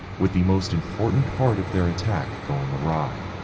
with the most important part of their attack going awry,